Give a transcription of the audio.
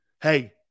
hey